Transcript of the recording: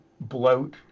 bloat